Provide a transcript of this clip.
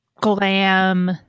glam